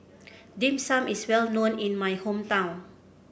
Dim Sum is well known in my hometown